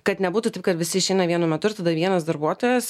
kad nebūtų taip kad visi išeina vienu metu ir tada vienas darbuotojas